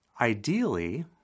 ideally